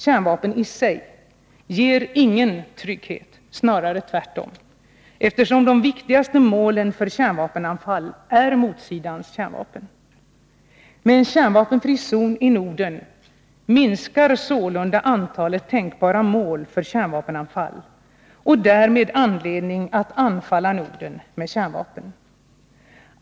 Kärnvapen i sig ger ingen trygghet, snarare tvärtom, eftersom de viktigaste målen för kärnvapenanfall är motsidans kärnvapen. Med en kärnvapenfri zon i Norden minskar sålunda antalet tänkbara mål för kärnvapenanfall och därmed motiven för att anfalla Norden med kärnvapen.